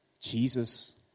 Jesus